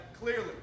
clearly